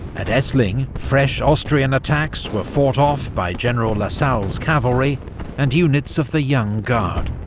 at essling, fresh austrian attacks were fought off by general lasalle's cavalry and units of the young guard.